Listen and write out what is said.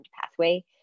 pathway